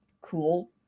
cool